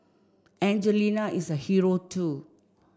Angelina is a hero too